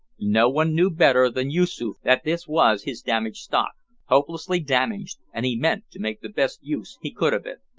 no one knew better than yoosoof that this was his damaged stock hopelessly damaged, and he meant to make the best use he could of it.